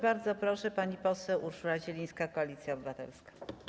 Bardzo proszę, pani poseł Urszula Zielińska, Koalicja Obywatelska.